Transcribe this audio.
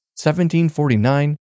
1749